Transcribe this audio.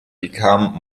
become